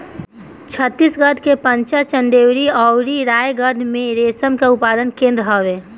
छतीसगढ़ के चंपा, चंदेरी अउरी रायगढ़ में रेशम उत्पादन केंद्र हवे